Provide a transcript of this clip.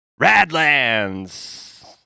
Radlands